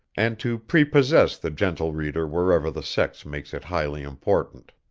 and to prepossess the gentle reader wherever the sex makes it highly important.